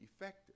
effective